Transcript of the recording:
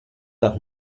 nach